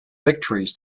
victories